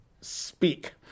speak